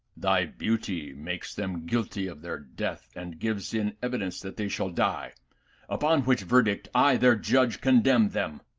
thy beauty makes them guilty of their death and gives in evidence that they shall die upon which verdict i, their judge, condemn them.